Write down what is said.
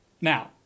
Now